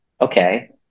Okay